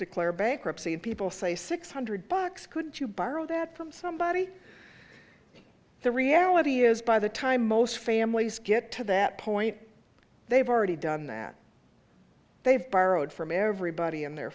declare bankruptcy and people say six hundred bucks could you borrow that from somebody the reality is by the time most families get to that point they've already done that they've borrowed from everybody in their